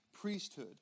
priesthood